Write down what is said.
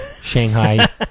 Shanghai